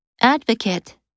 Advocate